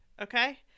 Okay